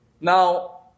Now